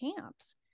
camps